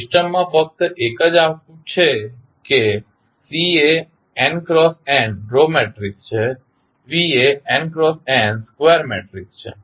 જો સિસ્ટમમાં ફક્ત એક જ આઉટપુટ છે કે C એ 1×n રો મેટ્રિક્સ છે V એ n×n સ્ક્વેર મેટ્રિક્સ છે